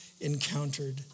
encountered